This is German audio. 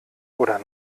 oder